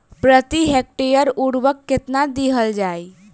प्रति हेक्टेयर उर्वरक केतना दिहल जाई?